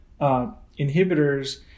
inhibitors